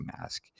mask